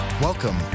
Welcome